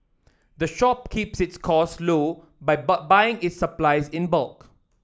the shop keeps its costs low by by buying its supplies in bulk